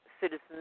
citizens